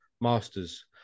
Masters